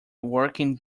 working